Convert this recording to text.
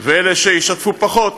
ואלה שישתפו פחות,